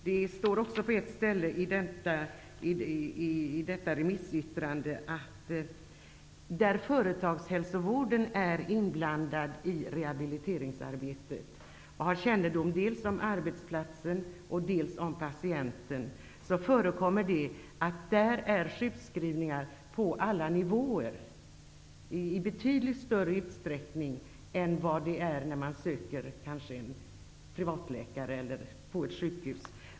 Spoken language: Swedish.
Det står också i remissyttrandet: Där företagshälsovården är inblandad i rehabiliteringsarbetet och har kännedom dels om arbetsplatser, dels om patienten förekommer det att där är sjukskrivningar på alla nivåer i betydligt större utsträckning än vad det är när man söker kanske till en privatläkare eller ett sjukhus.